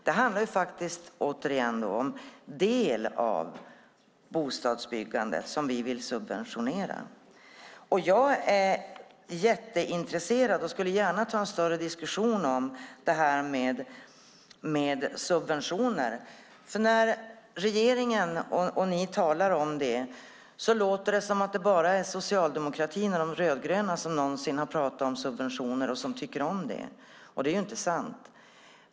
Det handlar, återigen, om en del av bostadsbyggandet som vi vill subventionera. Jag är jätteintresserad och skulle gärna ta en större diskussion om subventioner. När ni i regeringen talar om det låter det som att det bara är socialdemokratin och de rödgröna som någonsin har pratat om subventioner och som tycker om det. Det är inte sant.